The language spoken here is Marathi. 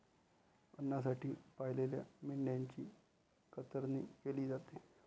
अन्नासाठी पाळलेल्या मेंढ्यांची कतरणी केली जाते